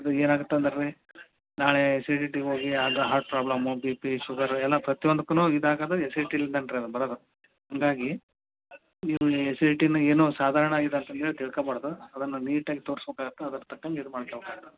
ಅದು ಏನಾಗತ್ತೆ ಅಂದರೆ ರೀ ನಾಳೆ ಆ್ಯಸಿಡಿಟಿಗೆ ಹೋಗಿ ಆಗ heart problem B P sugar ಎಲ್ಲ ಪ್ರತಿ ಒಂದಕ್ಕು ಇದಾಗೋದು ಆ್ಯಸಿಡಿಟಿಲಿಂದಾನು ರೀ ಅದು ಬರೋದು ಹಂಗಾಗಿ ಈ ಆ್ಯಸಿಡಿಟಿನು ಏನೋ ಸಾಧಾರಣ ಇದು ಅಂತ ನೀವು ತಿಳ್ಕೊಬಾರದು ಅದನ್ನು ನೀಟಾಗಿ ತೋರ್ಸ್ಬೇಕಾಗತ್ತೆ ಅದ್ರ ತಕ್ಕಂಗೆ ಇದು ಮಾಡ್ಕೊಬೇಕಾಗತ್ತೆ